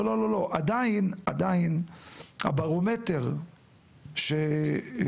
לא, לא, עדיין, הברומטר שאומר,